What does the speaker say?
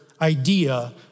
idea